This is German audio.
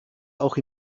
auch